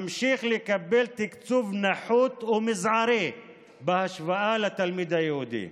ממשיך לקבל תקצוב נחות ומזערי בהשוואה לתלמיד היהודי.